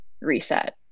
reset